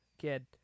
kid